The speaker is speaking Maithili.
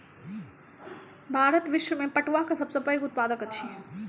भारत विश्व में पटुआक सब सॅ पैघ उत्पादक अछि